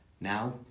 Now